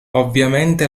ovviamente